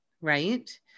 right